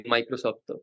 Microsoft